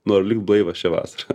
noriu likt blaivas šią vasarą